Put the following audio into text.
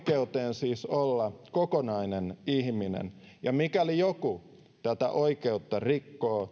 siis oikeuden olla kokonainen ihminen ja mikäli joku rikkoo